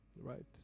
right